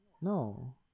No